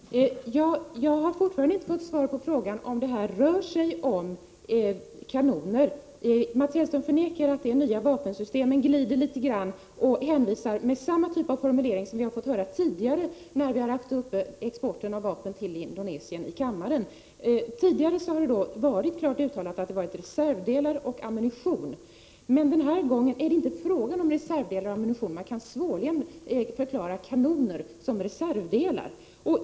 Herr talman! Jag har fortfarande inte fått svar på frågan om det här rör sig om kanoner. Mats Hellström förnekar att det är fråga om nya vapensystem, men glider litet grand med samma typ av formulering som vi har fått höra tidigare när vi har haft frågan om vapenexporten till Indonesien uppe till diskussion i kammaren. Tidigare har det varit klart uttalat att det gällt reservdelar och ammunition, men denna gång är det inte fråga om reservdelar och ammunition. Man kan svårligen beteckna kanoner som reservdelar.